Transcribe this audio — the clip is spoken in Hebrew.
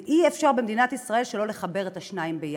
ואי-אפשר במדינת ישראל שלא לחבר את השניים ביחד.